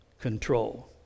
control